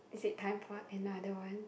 is it time for another one